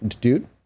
dude